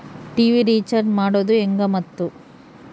TV recharge ಮಾಡೋದು ಹೆಂಗ ಮತ್ತು?